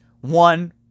one